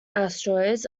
asteroids